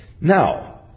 Now